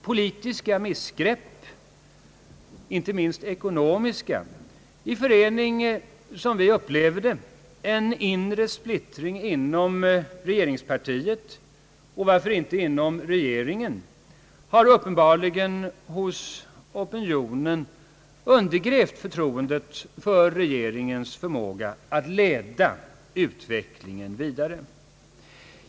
Politiska missgrepp, inte minst ekonomiska, i förening med — som vi upplever det — en inre splittring inom regeringspartiet, och inom regeringen, har uppenbarligen hos opinionen undergrävt förtroendet för regeringens förmåga att leda utvecklingen vidare.